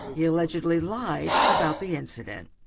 he allegedly lied about the incident.